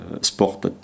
Sport